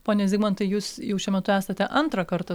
pone zigmantai jūs jau šiuo metu esate antrą kartą